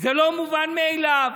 זה לא מובן מאליו.